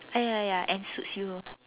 ya ya ya and suits you